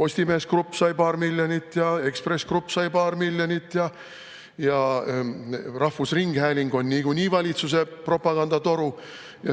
Postimees Grupp sai paar miljonit, Ekspress Grupp sai paar miljonit ja rahvusringhääling on niikuinii valitsuse propagandatoru.